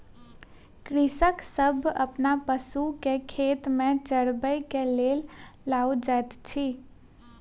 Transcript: कृषक सभ अपन पशु के खेत में चरबै के लेल लअ जाइत अछि